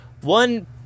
one